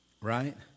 Right